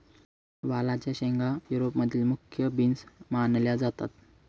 वालाच्या शेंगा युरोप मधील मुख्य बीन्स मानल्या जातात